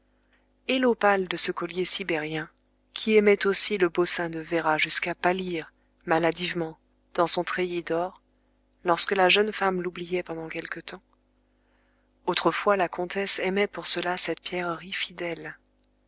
et l'opale de ce collier sibérien qui aimait aussi le beau sein de véra jusqu'à pâlir maladivement dans son treillis d'or lorsque la jeune femme l'oubliait pendant quelque temps autrefois la comtesse aimait pour cela cette pierrerie fidèle